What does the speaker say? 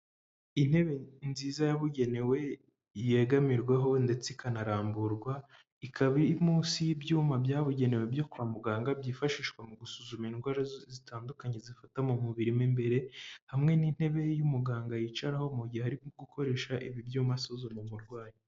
Intebe nziza yabugenewe yegamirwaho ndetse ikanaramburwa ikaba iri munsi y'ibyuma byabugenewe byo kwa muganga byifashishwa mu gusuzuma indwara zitandukanye zifata mu mubiri mu imbere hamwe n'intebe y'umuganga yicaraho mu gihe arimo gukoresha ibi ibyuma asuzuma umurwayi.